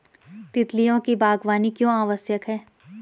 तितलियों की बागवानी क्यों आवश्यक है?